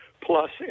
plus